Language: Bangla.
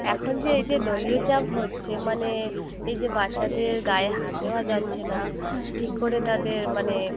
এখন যে এই যে দলীয় চাপ হচ্ছে মানে এই যে বাচ্চাদের গায়ে হাত দেওয়া যাচ্ছে না ঠিক করে তাদের মানে